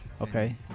okay